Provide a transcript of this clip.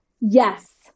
Yes